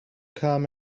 come